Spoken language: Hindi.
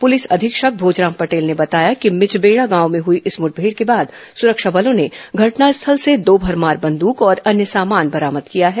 पुलिस अधीक्षक भोजराम पटेल ने बताया कि मिचबेड़ा गांव में हई इस मुठभेड के बाद सुरक्षा बलों ने घटनास्थल से दो भरमार बंदक और अन्य सामान बरामद किया है